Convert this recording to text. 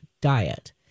diet